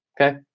Okay